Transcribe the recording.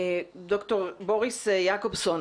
ד"ר בוריס יעקובסון,